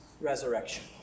resurrection